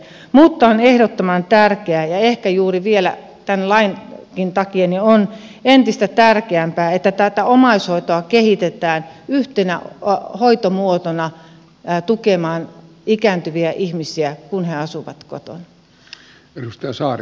mutta on ehdottoman tärkeää ja ehkä juuri tämän lain takia on vielä entistä tärkeämpää että tätä omaishoitoa kehitetään yhtenä hoitomuotona tukemaan ikääntyviä ihmisiä kun he asuvat kotona